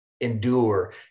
endure